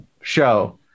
show